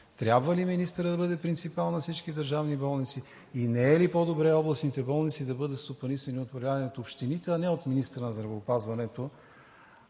трябва ли министърът да бъде принципал на всички държавни болници и не е ли по-добре областните болници да бъдат стопанисвани и управлявани от общините, а не от министъра на здравеопазването